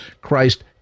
Christ